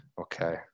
okay